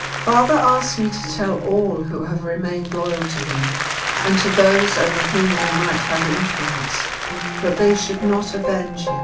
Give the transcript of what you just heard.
father asked me to tell all who have remained loyal to him and to those over whom they might have influence that they should not avenge